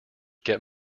get